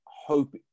hope